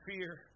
fear